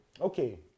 Okay